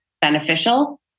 beneficial